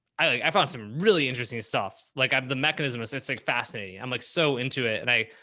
i like i found some really interesting stuff. like i'm the mechanism is it's like fascinating. i'm like so into it. and i,